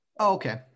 okay